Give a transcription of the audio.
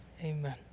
Amen